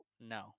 No